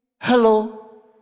Hello